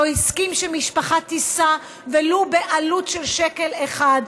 לא הסכים שהמשפחה תישא ולו בעלות של שקל אחד,